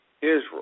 Israel